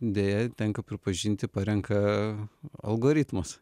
deja tenka pripažinti parenka algoritmas